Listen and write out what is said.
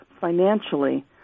financially